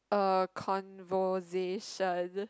a conversation